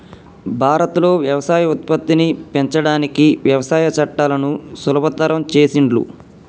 భారత్ లో వ్యవసాయ ఉత్పత్తిని పెంచడానికి వ్యవసాయ చట్టాలను సులభతరం చేసిండ్లు